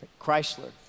Chrysler